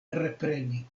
repreni